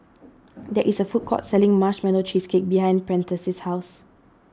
there is a food court selling Marshmallow Cheesecake behind Prentice's house